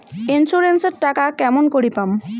Insurance এর টাকা কেমন করি পাম?